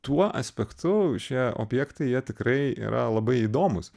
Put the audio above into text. tuo aspektu išėję objektai jie tikrai yra labai įdomūs